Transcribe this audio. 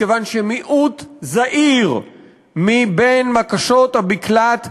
מכיוון שמיעוט זעיר מבקשות המקלט בכלל,